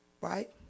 Right